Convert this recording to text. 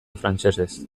frantsesez